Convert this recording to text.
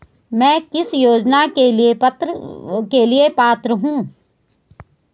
मैं किस योजना के लिए पात्र हूँ?